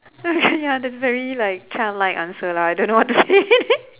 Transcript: uh ya that's very like childlike answer lah I don't know what to say